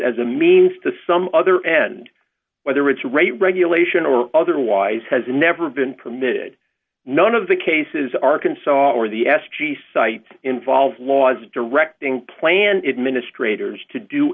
as a means to some other end whether it's rate regulation or otherwise has never been permitted none of the cases arkansas or the s g cites involve laws directing planted ministre toure's to do